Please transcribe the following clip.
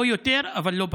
לא יותר אבל לא פחות.